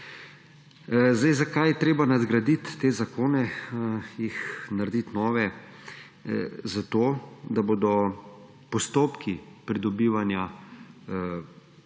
Zakaj je treba nadgraditi te zakone, jih narediti nove? Zato, da bodo postopki pridobivanja